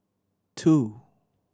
two